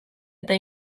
eta